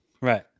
Right